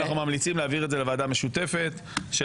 אנחנו ממליצים להעביר את זה לוועדה המשותפת של